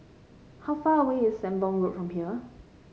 how far away is Sembong Road from here